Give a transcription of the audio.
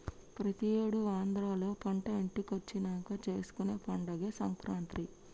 ప్రతి ఏడు ఆంధ్రాలో పంట ఇంటికొచ్చినంక చేసుకునే పండగే సంక్రాంతి